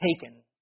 taken